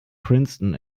princeton